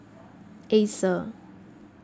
Acer